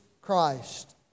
Christ